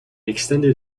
extended